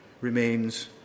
remains